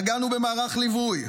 נגענו במערך ליווי.